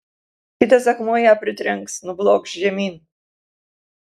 kitas akmuo ją pritrenks nublokš žemyn